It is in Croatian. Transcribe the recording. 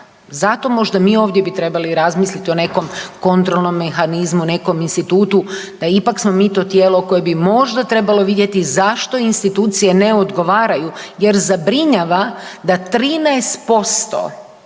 Zato možda mi ovdje bi trebali razmisliti o nekom kontrolnom mehanizmu, nekom institutu da ipak smo mi to tijelo koje bi možda trebalo vidjeti zašto institucije ne odgovaraju. Jer zabrinjava da 13%